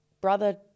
brother